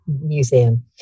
museum